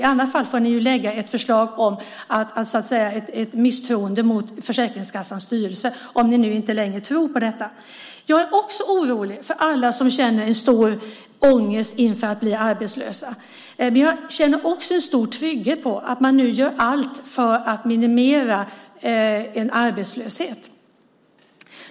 Om ni inte längre gör det får ni förklara misstroende mot Försäkringskassans styrelse. Jag är också orolig för alla som känner en stor ångest inför att bli arbetslösa. Men jag känner även en stor trygghet i att man nu gör allt för att minimera arbetslösheten.